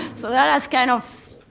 so that has kind of